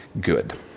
good